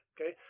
Okay